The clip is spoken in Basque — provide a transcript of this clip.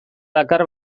dakar